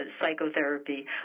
psychotherapy